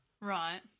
Right